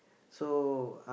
so